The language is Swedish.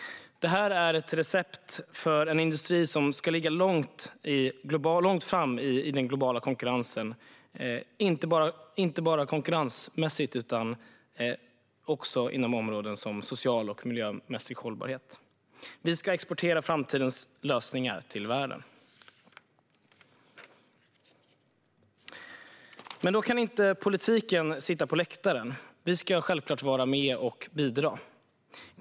Det här är receptet för en industri som ska ligga i global framkant, inte bara konkurrensmässigt utan också inom områden som social och miljömässig hållbarhet. Vi ska exportera framtidens lösningar till världen. Men då kan inte politiken sitta på läktaren, utan vi ska självklart vara med och bidra.